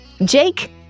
Jake